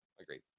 Agreed